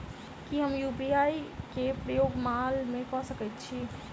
की हम यु.पी.आई केँ प्रयोग माल मै कऽ सकैत छी?